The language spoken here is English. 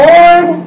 Lord